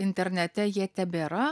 internete jie tebėra